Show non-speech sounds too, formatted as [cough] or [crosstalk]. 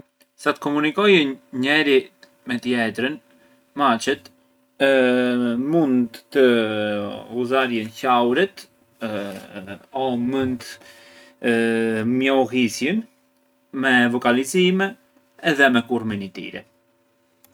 Sa të komunikojën njeri me t’jetrën, maçet [hesitation] mënd të [hesitation] ghuzarjen hjauret [hesitation] o mënd [hesitation] miaollizjen me vokalizime edhe me kurmin i tyre.